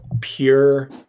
pure